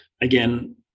again